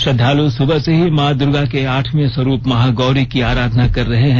श्रद्वालु सुबह से ही मां दुर्गा के आठवें स्वरूप महागौरी की आराधना कर रहे हैं